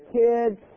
kids